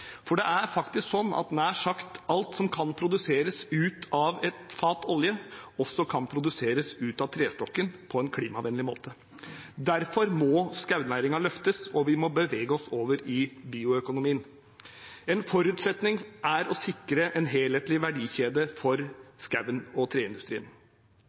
For det er faktisk slik at nær sagt alt som kan produseres ut av et fat olje, også kan produseres ut av trestokken på en klimavennlig måte. Derfor må skognæringen løftes, og vi må bevege oss over i bioøkonomien. En forutsetning for å sikre en helhetlig verdikjede for skogen og treindustrien